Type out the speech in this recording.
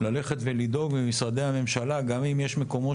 ללכת ולדאוג במשרדי הממשלה גם אם יש מקומות